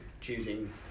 choosing